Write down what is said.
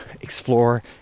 explore